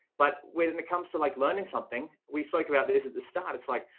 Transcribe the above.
but when it comes to like learning something, we spoke about this at the start, it's like,